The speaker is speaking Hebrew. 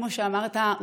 כמו שאמרת,